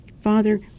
Father